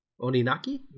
oninaki